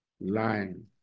lying